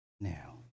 Now